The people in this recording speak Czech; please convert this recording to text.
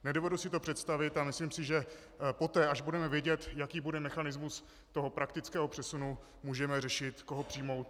Nedovedu si to představit a myslím si, že poté, až budeme vědět, jaký bude mechanismus toho praktického přesunu, můžeme řešit, koho přijmout.